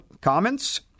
comments